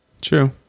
True